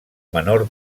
menor